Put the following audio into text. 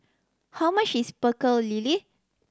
how much is Pecel Lele